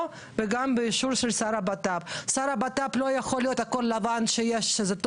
אמר פה כהנא תוך כדי הדיון שיש פקודות ויש הוראות סל.